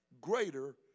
greater